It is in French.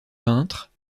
peintre